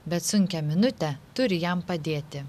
bet sunkią minutę turi jam padėti